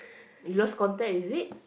you lost contact is it